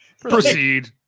Proceed